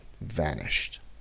vanished